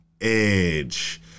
Edge